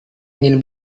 ingin